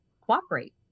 cooperate